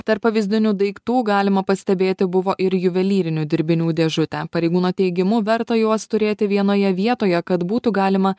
tarp pavyzdinių daiktų galima pastebėti buvo ir juvelyrinių dirbinių dėžutę pareigūno teigimu verta juos turėti vienoje vietoje kad būtų galima